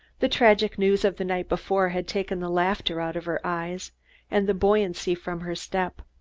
the tragic news of the night before had taken the laughter out of her eyes and the buoyancy from her step.